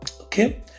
Okay